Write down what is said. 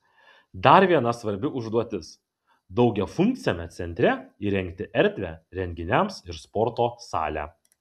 dar viena svarbi užduotis daugiafunkciame centre įrengti erdvę renginiams ir sporto salę